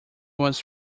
was